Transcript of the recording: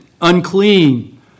unclean